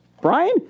Brian